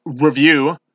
review